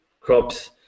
crops